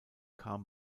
kam